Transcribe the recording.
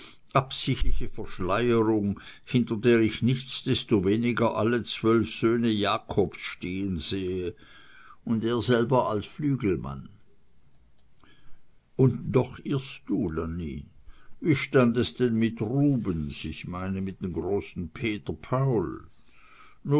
absichtliche verschleierung hinter der ich nichtsdestoweniger alle zwölf söhne jakobs stehen sehe und er selber als flügelmann und doch irrst du lanni wie stand es denn mit rubens ich meine mit dem großen